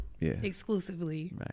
exclusively